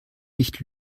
nicht